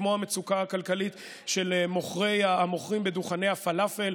כמו המצוקה הכלכלית של המוכרים בדוכני הפלאפל,